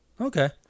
Okay